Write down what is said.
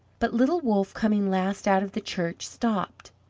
but little wolff, coming last out of the church, stopped,